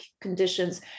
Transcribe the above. conditions